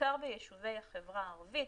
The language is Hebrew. ובעיקר ביישובי החברה הערבית.